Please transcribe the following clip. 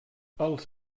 els